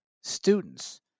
students